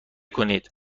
کنید